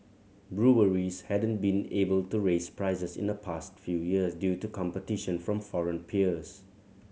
breweries hadn't been able to raise prices in the past few years due to competition from foreign peers